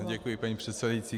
Děkuji, paní předsedající.